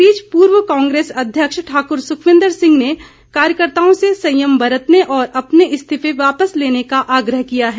इस बीच पूर्व कांग्रेस अध्यक्ष ठाकुर सुखविन्दर सिंह ने कार्यकर्ताओं से संयम बरतने और अपने इस्तीफे वापस लेने का आग्रह किया है